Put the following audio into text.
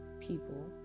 people